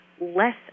less